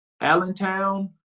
Allentown